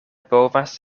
povas